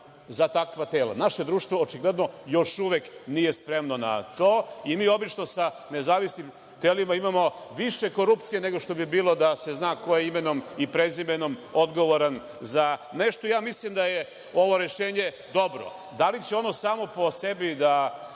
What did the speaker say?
za takva tela. Naše društvo očigledno još uvek nije spremno na to i mi obično sa nezavisnim telima imamo više korupcije nego što bi bilo da se zna imenom i prezimenom odgovoran za nešto. Mislim da je ovo rešenje dobro. Da li će ono samo po sebi da